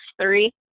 three